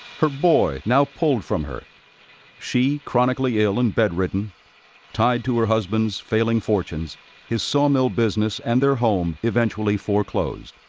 her boy, now pulled from her she, chronically ill and bed-ridden tied to her husband's failing fortunes his sawmill business and their home, eventually foreclosed,